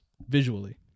visually